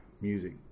music